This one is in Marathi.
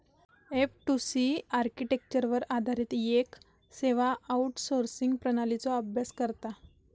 एफ.टू.सी आर्किटेक्चरवर आधारित येक सेवा आउटसोर्सिंग प्रणालीचो अभ्यास करता